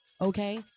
okay